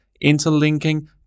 interlinking